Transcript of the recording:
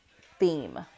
theme